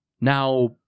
Now